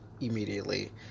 immediately